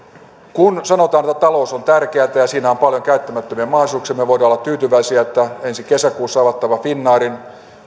kun sanotaan että talous on tärkeätä ja siinä on paljon käyttämättömiä mahdollisuuksia me voimme olla tyytyväisiä että ensi kesäkuussa avattava finnairin